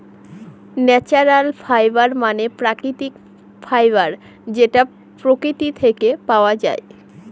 natural fibre মানে প্রাকৃতিক fibre যেটা প্রকৃতি থেকে পাওয়া যায়